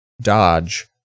Dodge